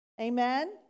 Amen